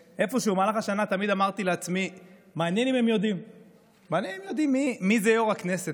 ובמהלך השנה תמיד אמרתי לעצמי: מעניין אם הם יודעים מיהו יו"ר הכנסת,